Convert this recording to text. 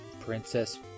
Princess